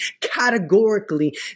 categorically